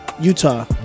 utah